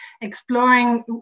exploring